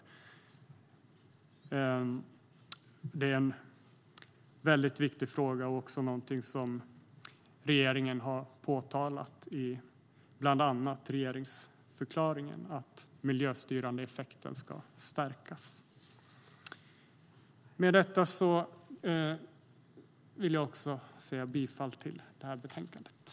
Det är en väldigt viktig fråga och någonting som regeringen har sagt i bland annat regeringsförklaringen: att miljöstyrande effekter ska stärkas.